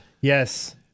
Yes